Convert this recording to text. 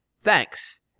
Thanks